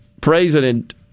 President